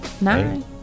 Nine